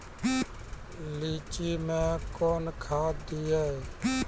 लीची मैं कौन खाद दिए?